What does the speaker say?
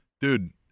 dude